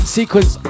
Sequence